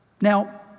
Now